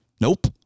Nope